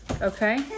Okay